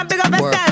Work